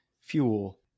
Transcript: fuel